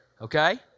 Okay